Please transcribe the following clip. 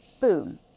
boom